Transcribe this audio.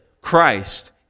Christ